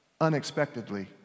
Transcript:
unexpectedly